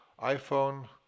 iPhone